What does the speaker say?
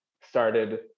started